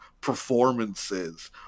performances